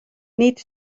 nid